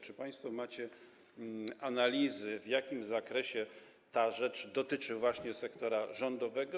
Czy państwo macie analizy, w jakim zakresie ta rzecz dotyczy sektora rządowego?